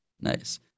Nice